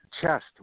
chest